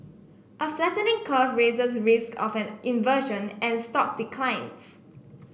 a flattening curve raises risk of an inversion and stock declines